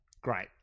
great